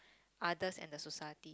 others and the society